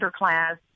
underclass